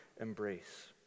embrace